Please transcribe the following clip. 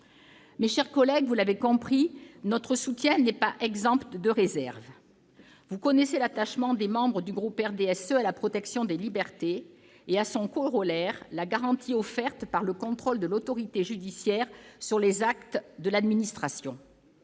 Mes chers collègues, vous l'aurez compris, notre soutien n'est pas exempt de réserves. Vous connaissez l'attachement des membres du RDSE à la protection des libertés et à son corollaire, la garantie offerte par le contrôle de l'autorité judiciaire sur les actes de l'administration.